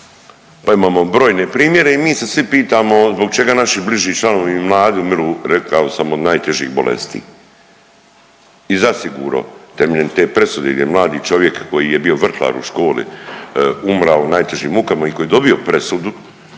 Pa imamo brojne primjere i mi se svi pitamo zbog čega naši bliži članovi i mladi umiru rekao sam od najtežih bolesti. I zasigurno temeljem te presude gdje mladi čovjek koji je bio vrtlar u školi umra u najtežim mukama i koji je dobio presudu